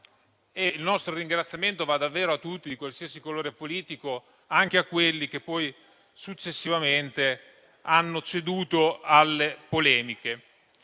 Il nostro ringraziamento va davvero a tutti, di qualsiasi colore politico, anche a quelli che successivamente hanno ceduto alle polemiche.